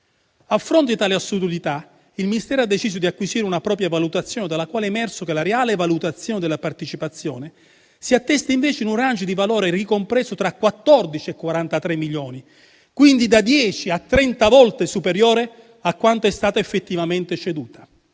A fronte di tale assurdità, il Ministero ha deciso di acquisire una propria valutazione, dalla quale è emerso che la reale valutazione della partecipazione si attesta invece in un *range* di valore ricompreso tra 14 e 43 milioni, quindi da 10 a 30 volte superiore a quanto è stata effettivamente ceduta.